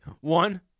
One